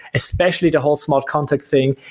especially the whole smart contract thing.